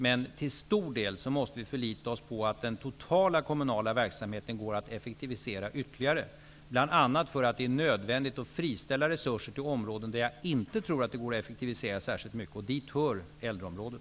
Men till stor del måste vi förlita oss på att den totala kommunala verksamheten kan effektiviseras ytterligare, bl.a. därför att det är nödvändigt att friställa resurser till områden där jag inte tror att det går att effektivisera särskilt mycket. Dit hör äldreområdet.